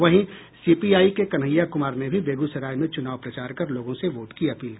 वहीं सीपीआई के कन्हैया कुमार ने भी बेगूसराय में चूनाव प्रचार कर लोगों से वोट की अपील की